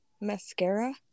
mascara